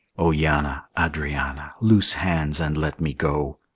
o yanna, adrianna, loose hands and let me go!